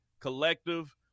Collective